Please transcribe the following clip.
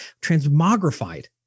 transmogrified